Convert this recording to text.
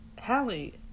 hallie